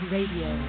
Radio